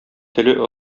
теле